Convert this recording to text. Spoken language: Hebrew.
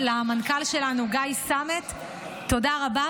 למנכ"ל שלנו, גיא סמט, תודה רבה.